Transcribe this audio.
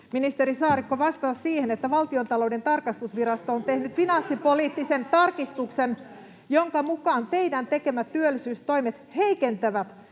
ministeri Saarikko, vastata siihen, kun Valtiontalouden tarkastusvirasto on tehnyt [Välihuutoja keskustapuolueen ryhmästä] finanssipoliittisen tarkistuksen, jonka mukaan teidän tekemät työllisyystoimet heikentävät